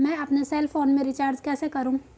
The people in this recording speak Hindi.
मैं अपने सेल फोन में रिचार्ज कैसे करूँ?